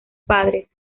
padres